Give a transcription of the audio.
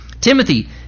Timothy